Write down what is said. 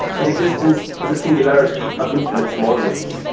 that existence is a singularity of infinite smallness,